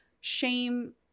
shame